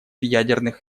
ядерных